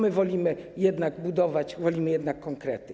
My wolimy jednak budować, wolimy jednak konkrety.